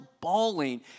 bawling